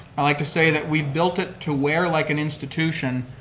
i like to say that we've built it to wear like an institution,